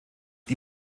die